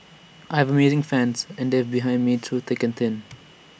I have amazing fans and they've been behind me through thick and thin